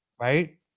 right